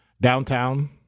downtown